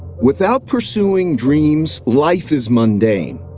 without pursuing dreams, life is mundane.